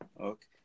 Okay